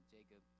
Jacob